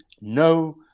no